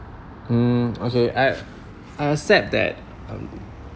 mm okay I I accept that um